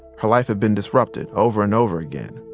her life had been disrupted over and over again.